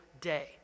day